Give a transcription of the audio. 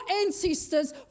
ancestors